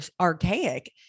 archaic